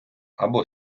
або